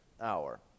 hour